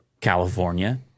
California